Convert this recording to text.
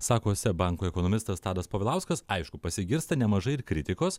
sako seb banko ekonomistas tadas povilauskas aišku pasigirsta nemažai ir kritikos